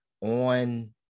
on